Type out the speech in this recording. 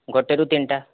ଗୋଟାଏରୁ ତିନିଟା